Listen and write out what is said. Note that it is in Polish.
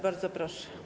Bardzo proszę.